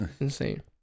insane